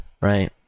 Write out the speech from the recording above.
Right